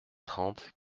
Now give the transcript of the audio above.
trente